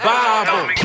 Bible